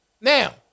Now